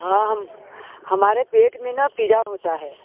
हाँ हम हमारे पेट में न पीड़ा होता है